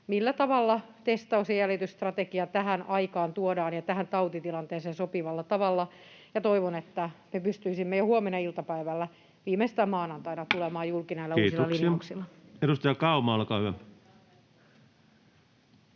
millä tavalla testaus‑ ja jäljitysstrategia tähän aikaan ja tähän tautitilanteeseen tuodaan sopivalla tavalla, ja toivon, että me pystyisimme jo huomenna iltapäivällä tai viimeistään maanantaina tulemaan julki näillä uusilla linjauksilla. Kiitoksia. — Edustaja Kauma, olkaa hyvä.